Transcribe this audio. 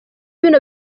bino